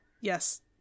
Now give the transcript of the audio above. yes